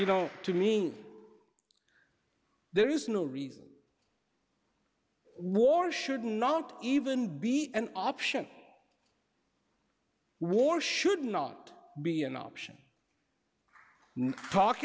know to me there is no reason war should not even be an option war should not be an option talk